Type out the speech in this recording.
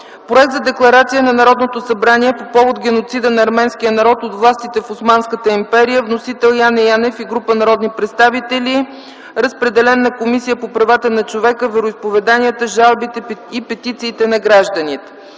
Проект за декларация на Народното събрание по повод геноцида над арменския народ от властите в Османската империя. Вносители са Яне Янев и група народни представители. Проектът за декларация е разпределен на Комисията по правата на човека, вероизповеданията, жалбите и петициите на гражданите.